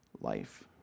life